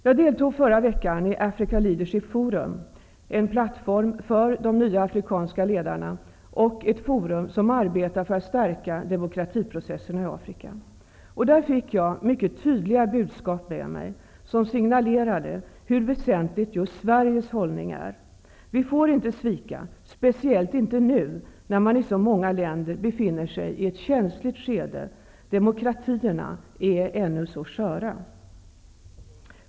Jag deltog förra veckan i Africa Leadership Forum, en plattform för de nya afrikanska ledarna och ett forum som arbetar för att stärka demokratiprocesserna i Afrika. Jag fick mycket tydliga budskap med mig som signalerade hur väsentlig just Sveriges hållning är. Vi får inte svika, speciellt inte nu när man i så många länder befinner sig i ett känsligt skede demokratierna är ännu så sköra.